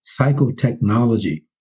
psychotechnology